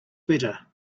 better